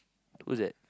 who's that